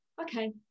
okay